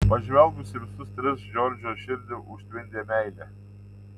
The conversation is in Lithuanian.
pažvelgus į visus tris džordžo širdį užtvindė meilė